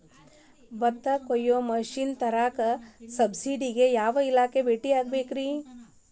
ಭತ್ತ ಕೊಯ್ಯ ಮಿಷನ್ ತರಾಕ ಸಬ್ಸಿಡಿಗೆ ಯಾವ ಇಲಾಖೆ ಕಾಣಬೇಕ್ರೇ?